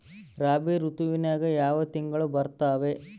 ರಾಬಿ ಋತುವಿನ್ಯಾಗ ಯಾವ ತಿಂಗಳು ಬರ್ತಾವೆ?